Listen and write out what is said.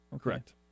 Correct